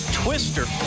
twister